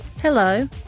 Hello